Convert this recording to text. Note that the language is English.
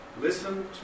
Listen